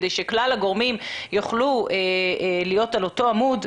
כדי שכלל הגורמים יוכלו להיות על אותו עמוד,